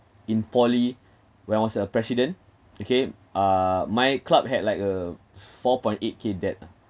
in poly when I was a president okay uh my club had like a four point eight K debt ah